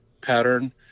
pattern